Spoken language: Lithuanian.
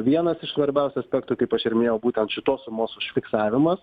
vienas iš svarbiausių aspektų kaip aš ir minėjau būtent šitos sumos užfiksavimas